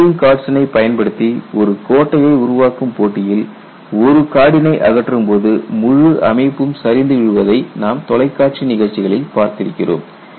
playing கார்ட்சினை பயன்படுத்தி ஒரு கோட்டையை உருவாக்கும் போட்டியில் ஒரு கார்டினை அகற்றும் போது முழு அமைப்பும் சரிந்து விழுவதை நாம் தொலைக்காட்சி நிகழ்ச்சிகளில் பார்த்திருக்கிறோம்